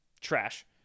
trash